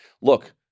Look